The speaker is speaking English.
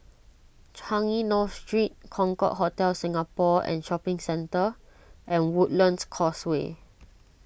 Changi North Street Concorde Hotel Singapore and Shopping Centre and Woodlands Causeway